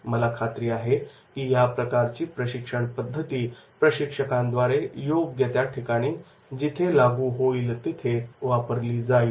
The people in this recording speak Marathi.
मला खात्री आहे की या प्रकारची प्रशिक्षण पद्धती प्रशिक्षकांद्वारे योग्य त्या ठिकाणी जिथे लागू होईल तिथे वापरली जाईल